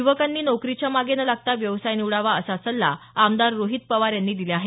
युवकांनी नोकरीच्या मागे न लागता व्यवसाय निवडावा असा सल्ला आमदार रोहित पवार यांनी दिला आहे